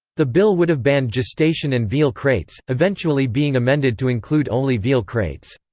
the bill would have banned gestation and veal crates, eventually being amended to include only veal crates.